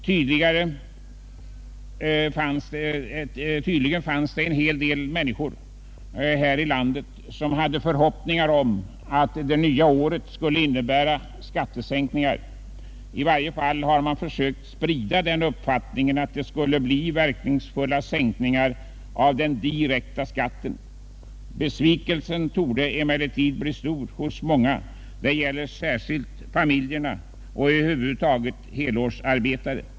Tydligen fanns det cen hel del människor här i landet som hade förhoppningar om att det nya året skulle innebära skattesänkningar. I varje fall har man försökt sprida den uppfattningen alt det skulle bli verkningsfulla sänkningar av den direkta skatten. Besvikelsen torde cmellertid bli stor hos många, särskilt familjerna och över huvud taget helårsarbetare.